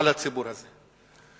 על הציבור הזה.